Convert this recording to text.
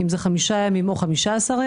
אם זה 5 ימים או 15 ימים.